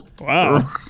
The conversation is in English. Wow